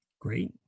Great